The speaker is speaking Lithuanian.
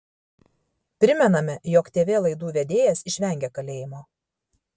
primename jog tv laidų vedėjas išvengė kalėjimo